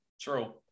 True